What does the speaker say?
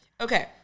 okay